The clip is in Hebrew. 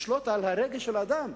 לשלוט על הרגש של האדם.